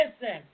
Listen